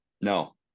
No